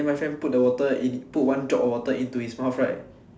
then my friend put the water in put one drop of water in to his mouth right